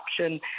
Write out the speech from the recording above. option